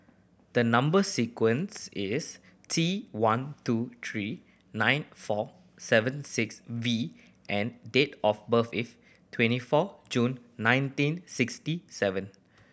the number sequence is T one two three nine four seven six V and date of birth is twenty four June nineteen sixty seven